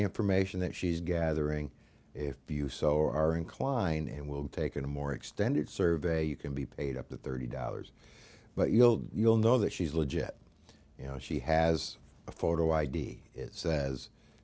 information that she's gathering if you so are inclined and will take in a more extended survey you can be paid up to thirty dollars but you'll you'll know that she's legit you know she has a photo i d it says